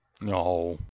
No